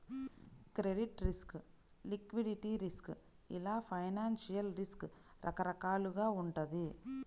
credit risk, liquidity risk ఇలా financial risk రకరకాలుగా వుంటది